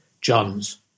Johns